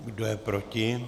Kdo je proti?